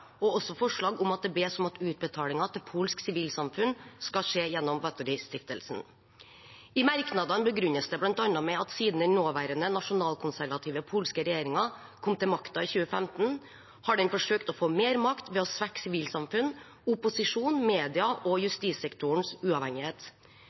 og det er også forslag om å be om at utbetalinger til polsk sivilsamfunn skal skje gjennom Batory-stiftelsen. I merknadene begrunnes det bl.a. med at «siden den nåværende nasjonalkonservative polske regjeringen kom til makten i 2015, har den forsøkt å akkumulere makt ved å svekke sivilsamfunn, opposisjon, medier og